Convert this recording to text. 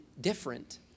different